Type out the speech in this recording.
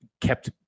kept